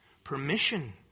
Permission